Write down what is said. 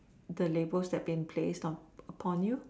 the labels that been placed on upon you